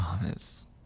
promise